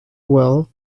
well